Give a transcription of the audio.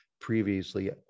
previously